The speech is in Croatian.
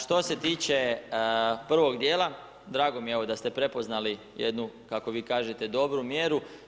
Što se tiče prvog dijela, drago mi je da ste prepoznali jednu, kako vi kažete dobru mjeru.